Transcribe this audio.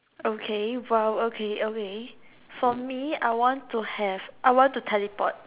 okay !wow! okay okay for me I want to have I want to teleport